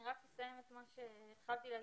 אני רק אסיים את מה שהתחלתי לומר.